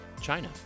China